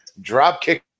dropkick